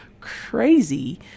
crazy